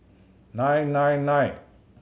nine nine nine